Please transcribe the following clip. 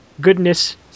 goodness